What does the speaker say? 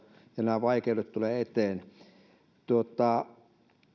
ja nämä vaikeudet tulevat eteen